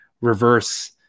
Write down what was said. reverse